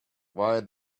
why